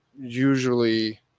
usually